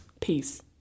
Peace